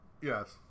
Yes